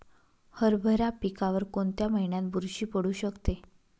हरभरा पिकावर कोणत्या महिन्यात बुरशी पडू शकते?